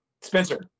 Spencer